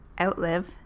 outlive